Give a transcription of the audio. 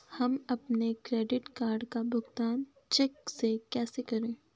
हम अपने credit card का भुगतान चेक से कैसे करें?